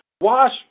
Wash